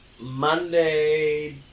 Monday